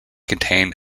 contain